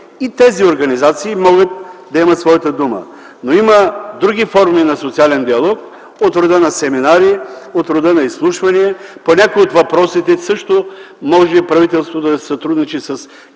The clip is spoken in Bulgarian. и тези организации могат да имат своята дума. Но има други форми на социален диалог от рода на семинари и изслушвания. По някои от въпросите също може правителството да си сътрудничи с